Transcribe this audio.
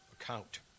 account